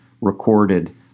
recorded